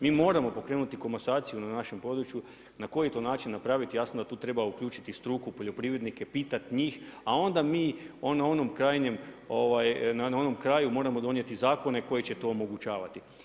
Mi moramo pokrenuti komasaciju na našem području, na koji to način napraviti, jasno da tu treba uključiti struku, poljoprivrednike, pitati njih a onda mi na onom krajnjem, na onom kraju moramo donijeti zakone koji će to omogućavati.